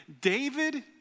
David